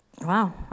Wow